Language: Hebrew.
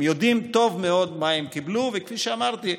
הם יודעים טוב מאוד מה הם קיבלו, וכפי שאמרתי,